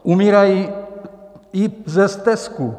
Umírají i ze stesku.